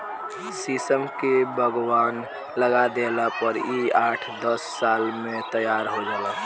शीशम के बगवान लगा देला पर इ आठ दस साल में तैयार हो जाला